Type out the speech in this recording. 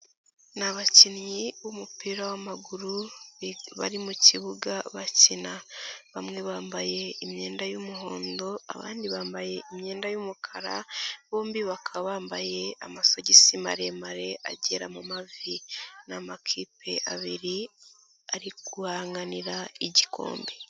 Ni abakinnyi b'umupira w'amaguru bari mu kibuga bakina. Bamwe bambaye imyenda y'umuhondo, abandi bambaye imyenda y'umukara, bombi bakaba bambaye amasogisi maremare agera mu mavi. Ni amakipe abiri ari guhanganira igikombe.